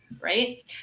right